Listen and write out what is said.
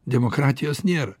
demokratijos nėra